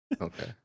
Okay